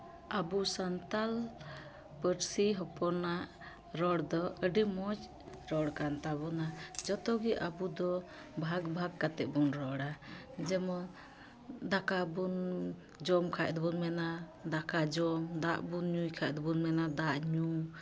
ᱟᱵᱚ ᱥᱟᱱᱛᱟᱲ ᱯᱟᱹᱨᱥᱤ ᱦᱚᱯᱚᱱᱟᱜ ᱨᱚᱲ ᱫᱚ ᱟᱹᱰᱤ ᱢᱚᱡᱽ ᱨᱚᱲ ᱠᱟᱱ ᱛᱟᱵᱚᱱᱟ ᱡᱷᱚᱛᱚ ᱜᱮ ᱟᱵᱚ ᱫᱚ ᱵᱷᱟᱜᱽ ᱵᱷᱟᱜᱽ ᱠᱟᱛᱮᱫ ᱵᱚᱱ ᱨᱚᱲᱟ ᱡᱮᱢᱚᱱ ᱫᱟᱠᱟ ᱵᱚᱱ ᱡᱚᱢ ᱠᱷᱟᱡ ᱫᱚᱵᱚᱱ ᱢᱮᱱᱟ ᱫᱟᱠᱟ ᱡᱚᱢ ᱫᱟᱜ ᱵᱚᱱ ᱧᱩᱭ ᱠᱷᱟᱡ ᱫᱚᱵᱚᱱ ᱢᱮᱱᱟ ᱫᱟᱜ ᱧᱩ